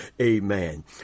Amen